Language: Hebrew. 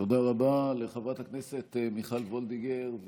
תודה רבה לחברת הכנסת מיכל וולדיגר,